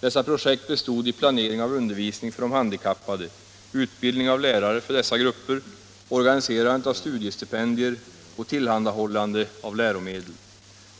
Dessa projekt — Specialundervisning bestod i planering av undervisning för de handikappade, utbildning av av handikappade i lärare för dessa grupper, organiserande av studiestipendier och tillhan — u-länder dahållande av läromedel.